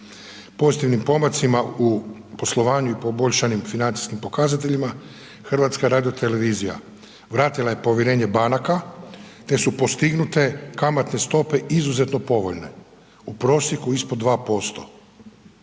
Pozitivnim pomacima u poslovanju i poboljšanim financijskim pokazateljima HRT-a vratila je povjerenje banaka te su postignute kamatne stope izuzetno povoljne u prosjeku ispod 2%,